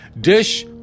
Dish